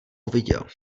uviděl